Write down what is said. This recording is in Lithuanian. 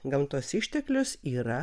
gamtos išteklius yra